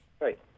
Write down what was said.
right